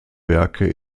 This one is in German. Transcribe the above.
werke